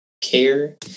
care